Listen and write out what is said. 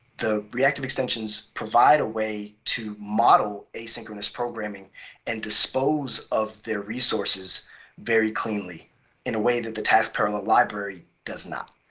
the reactive extensions provide a way to model asynchronous programming and dispose of their resources very cleanly in a way that the task parallel library does not.